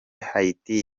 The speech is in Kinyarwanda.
haiti